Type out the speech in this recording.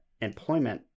employment